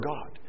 God